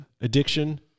addiction